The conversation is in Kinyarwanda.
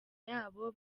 yabo